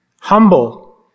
humble